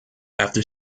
after